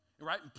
right